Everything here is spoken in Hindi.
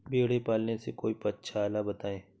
भेड़े पालने से कोई पक्षाला बताएं?